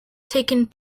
taking